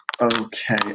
Okay